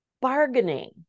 Bargaining